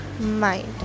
mind